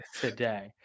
Today